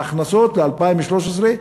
בהכנסות ל-2013,